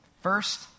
First